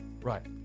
Right